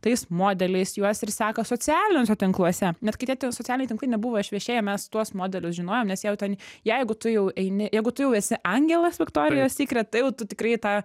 tais modeliais juos ir seka socialiniuose tinkluose net kai tie socialiniai tinklai nebuvo išviešėja mes tuos modelius žinojom nes jau ten jeigu tu jau eini jeigu tu jau esi angelas viktorijos sikret jau tu tikrai tą